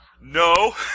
No